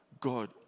God